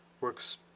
works